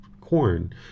corn